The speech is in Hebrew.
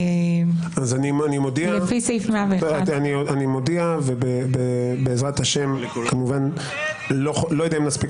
אני מודיע ובעזרת השם כמובן אני לא יודע האם נספיק